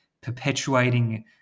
perpetuating